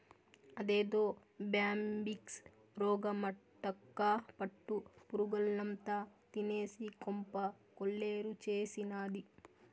అదేదో బ్యాంబిక్స్ రోగమటక్కా పట్టు పురుగుల్నంతా తినేసి కొంప కొల్లేరు చేసినాది